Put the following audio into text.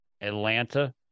Atlanta